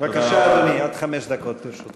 אותך אני שומע רוב קשב.